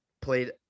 played